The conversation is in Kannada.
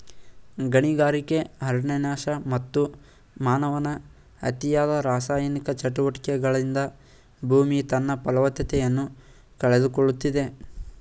ಗಣಿಗಾರಿಕೆ, ಅರಣ್ಯನಾಶ, ಮತ್ತು ಮಾನವನ ಅತಿಯಾದ ರಾಸಾಯನಿಕ ಚಟುವಟಿಕೆಗಳಿಂದ ಭೂಮಿ ತನ್ನ ಫಲವತ್ತತೆಯನ್ನು ಕಳೆದುಕೊಳ್ಳುತ್ತಿದೆ